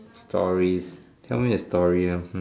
stories tell me a story ah